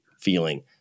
feeling